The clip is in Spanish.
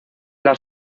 las